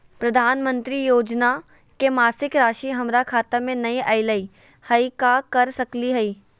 प्रधानमंत्री योजना के मासिक रासि हमरा खाता में नई आइलई हई, का कर सकली हई?